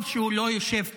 טוב שהוא לא יושב פה,